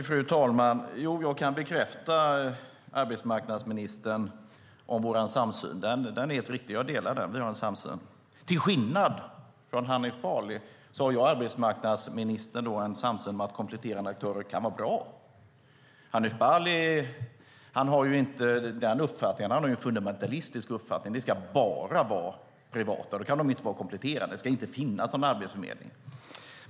Fru talman! Jag kan bekräfta vår samsyn, arbetsmarknadsministern. Det är helt riktigt. Jag delar den synpunkten; vi har en samsyn. Till skillnad från Hanif Bali har jag och arbetsmarknadsministern en samsyn om att kompletterande aktörer kan vara bra. Hanif Bali har inte den uppfattningen. Han har en fundamentalistisk uppfattning: Det ska bara vara privata utförare, och då kan de inte vara kompletterande. Det ska inte finnas någon arbetsförmedling.